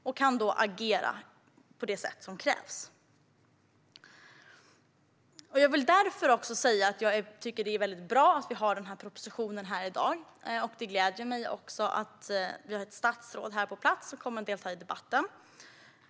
De kan då agera på det sätt som krävs. Jag tycker att det är bra att vi har dagens proposition. Det gläder mig också att vi har ett statsråd på plats, som kommer att delta i debatten.